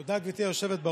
תודה, גברתי היושבת-ראש.